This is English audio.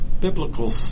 biblical